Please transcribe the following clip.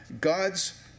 God's